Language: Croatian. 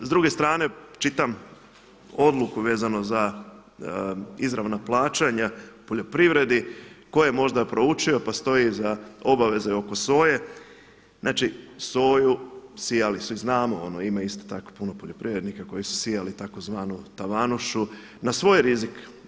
S druge strane čitam odluku vezano za izravna plaćanja u poljoprivredi tko je možda proučio, pa stoji za obaveze oko soje, znači soju, sijali su, i znamo ima isto tako puno poljoprivrednika koji su sijali tzv. tavanušu na svoj rizik.